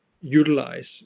utilize